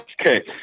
Okay